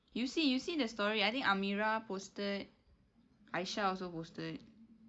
you see you see the story I think amirah posted aisyah also posted